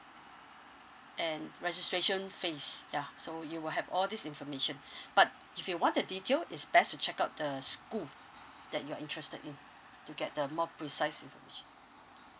and registration phase yeah so you will have all these information but if you want the detail is best to check out the school that you're interested in to get the more precise information